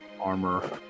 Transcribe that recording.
armor